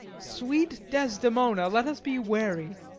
sweet desdemona, let us be wary,